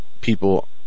people